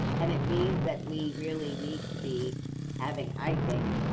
and it means that we really need to be having, i think,